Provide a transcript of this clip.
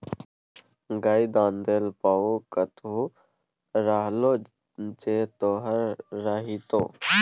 गै दान देल पाय कतहु रहलै जे तोहर रहितौ